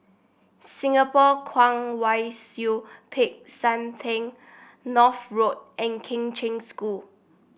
Singapore Kwong Wai Siew Peck San Theng North Road and Kheng Cheng School